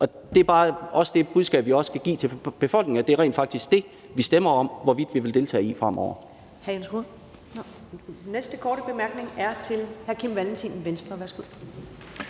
Og det er også bare det budskab, vi skal give til befolkningen, altså at det rent faktisk er det, som vi stemmer om hvorvidt vi vil deltage i fremover.